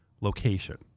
location